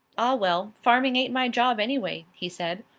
ah, well, farming ain't my job, anyway, he said.